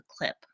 clip